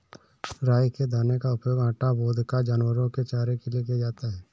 राई के दाने का उपयोग आटा, वोदका, जानवरों के चारे के लिए किया जाता है